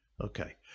Okay